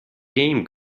game